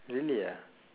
really ah